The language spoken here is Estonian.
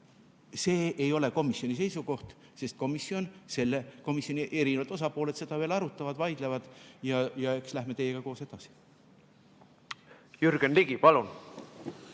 see ei ole komisjoni seisukoht, sest selle komisjoni erinevad osapooled seda veel arutavad ja vaidlevad ja eks lähme teiega koos edasi. Jürgen Ligi, palun!